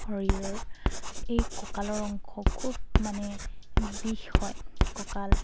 শৰীৰৰ এই কঁকালৰ অংশ খুব মানে বিষ হয় কঁকাল